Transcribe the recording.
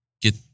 get